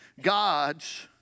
gods